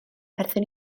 perthyn